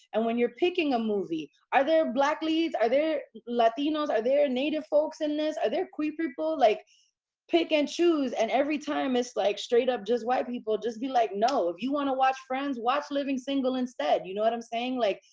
and when you're picking a movie, are there black leads? are there latinos? are there native folks in this? are there queer people? like pick and choose. and every time it's like straight up, just white people just be like, no, you want to watch friends? watch living single instead, you know what i'm saying? like,